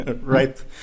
right